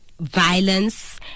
violence